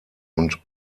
und